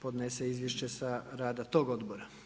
podnese izvješće sa rada tog odbora.